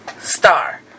star